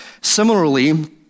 Similarly